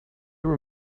were